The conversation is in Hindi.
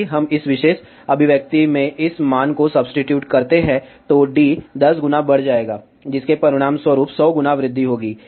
यदि हम इस विशेष अभिव्यक्ति में इस मान को सब्सीट्यूट करते हैं तो d 10 गुना बढ़ जाएगा जिसके परिणामस्वरूप 100 गुना वृद्धि होगी